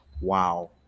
wow